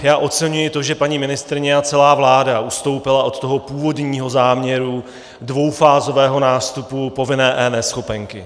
Já oceňuji to, že paní ministryně a celá vláda ustoupily od toho původního záměru dvoufázového nástupu povinné eNeschopenky.